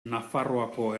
nafarroako